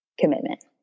commitment